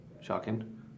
shocking